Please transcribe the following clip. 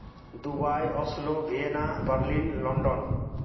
Dubai Oslo Vienna bubbling London